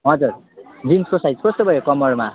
हजुर जिन्सको साइज कस्तो भयो कम्मरमा